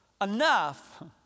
enough